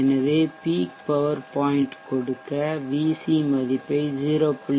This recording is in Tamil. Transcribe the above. எனவே பீக் பவர் பாய்ன்ட் கொடுக்க வி சி மதிப்பை 0